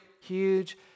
huge